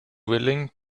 willing